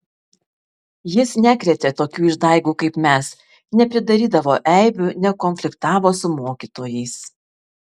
jis nekrėtė tokių išdaigų kaip mes nepridarydavo eibių nekonfliktavo su mokytojais